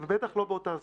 ובטח לא באותו זמן.